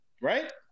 right